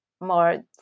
more